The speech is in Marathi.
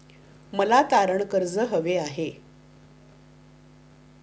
मला तारण कर्ज हवे आहे